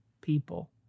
people